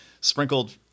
sprinkled